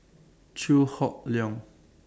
Chew Hock Leong